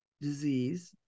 disease